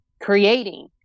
creating